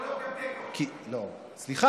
ל-52